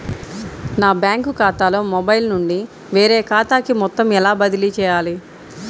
నా బ్యాంక్ ఖాతాలో మొబైల్ నుండి వేరే ఖాతాకి మొత్తం ఎలా బదిలీ చేయాలి?